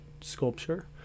sculpture